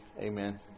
Amen